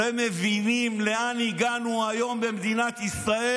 אתם מבינים לאן הגענו היום במדינת ישראל?